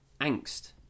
angst